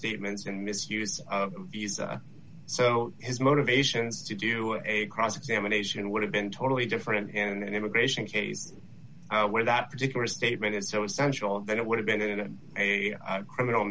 statements and misuse of visa so his motivations to do a cross examination would have been totally different and immigration cases where that particular statement is so essential that it would have been a criminal